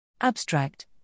Abstract